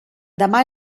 demà